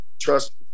trust